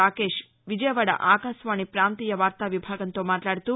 రాకేష్ విజయవాడ ఆకాశవాణి పాంతీయ వార్తా విభాగంతో మాట్లాదుతూ